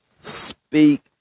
Speak